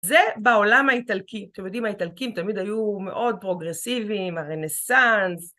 זה בעולם האיטלקי, אתם יודעים, האיטלקים תמיד היו מאוד פרוגרסיביים, הרנסנס.